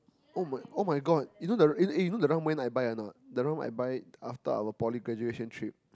oh my [oh]-my-god you know eh you know the rum when I buy or not the rum I buy after our Poly graduation trip